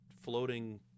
floating